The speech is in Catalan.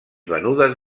venudes